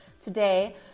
Today